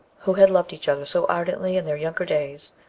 who had loved each other so ardently in their younger days,